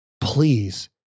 Please